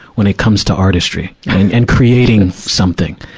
when it comes to artistry and, and creating something.